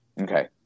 okay